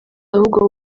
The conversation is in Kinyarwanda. ahubwo